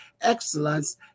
excellence